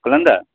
কল্য়াণ দা